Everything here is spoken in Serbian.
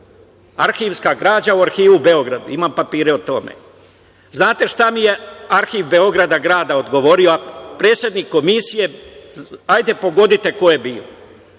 arhivska građa u Arhivu Beograd. Imam papire o tome. Znate šta mi je Arhiv Beograda odgovorio, a predsednik Komisije hajde pogodite ko je bio?